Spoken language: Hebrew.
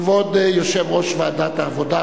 כבוד יושב-ראש ועדת העבודה,